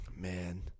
man